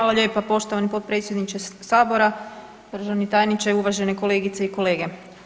Hvala lijepa, poštovani potpredsjedniče Sabora, državni tajniče, uvažene kolegice i kolege.